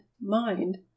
mind